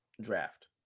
draft